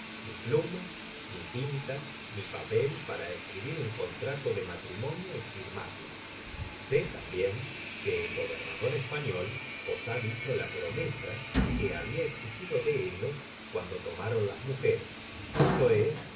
plumas ni tinta ni papel para escribir un contrato de matrimonio y firmarlo sé tambien que el gobernador español os ha dicho la promesa que tabia exigido de ellos cuando tomaron las mujeres esto es